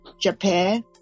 Japan